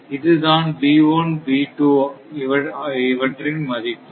இதுதான்இவற்றின் மதிப்பு